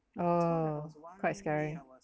oh quite scary